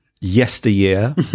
yesteryear